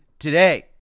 today